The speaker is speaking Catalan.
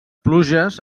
pluges